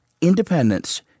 independence